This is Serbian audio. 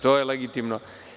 To je legitimno.